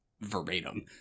verbatim